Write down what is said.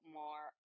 more